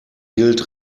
gilt